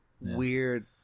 weird